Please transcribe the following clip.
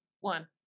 one